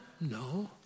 No